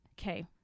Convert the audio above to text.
Okay